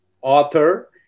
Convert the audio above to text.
author